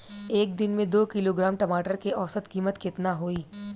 एक दिन में दो किलोग्राम टमाटर के औसत कीमत केतना होइ?